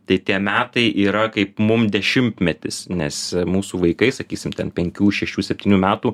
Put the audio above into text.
tai tie metai yra kaip mum dešimtmetis nes mūsų vaikai sakysim ten penkių šešių septynių metų